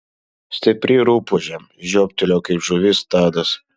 stipri rupūžė žiobtelėjo kaip žuvis tadas